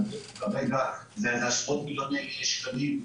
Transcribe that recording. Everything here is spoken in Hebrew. כרגע זה עשרות מיליוני שקלים,